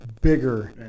Bigger